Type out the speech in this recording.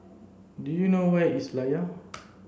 do you know where is Layar